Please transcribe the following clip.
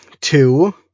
two